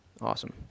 Awesome